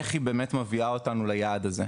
איך היא באמת מביאה אותנו ליעד הזה.